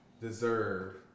deserve